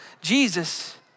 Jesus